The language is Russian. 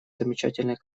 замечательной